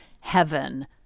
heaven